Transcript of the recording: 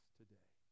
today